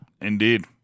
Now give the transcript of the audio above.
Indeed